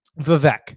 Vivek